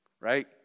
right